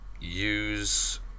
use